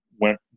went